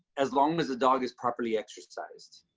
as long as the dog is properly exercised.